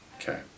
Okay